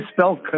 spell